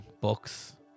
books